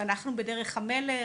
ואנחנו בדרך המלך,